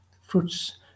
fruits